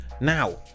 now